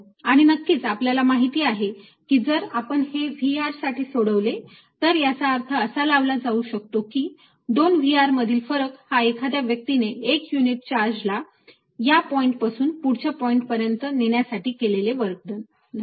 आणि नक्कीच आपल्याला माहिती आहे की जर आपण हे V साठी सोडवले तर त्याचा अर्थ असा लावला जाऊ शकतो की दोन V मधील फरक हा एखाद्या व्यक्तीने एका युनिट चार्ज ला या पॉईंटपासून पुढच्या पॉइंट पर्यंत नेण्यासाठी केलेले वर्क डन